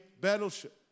battleship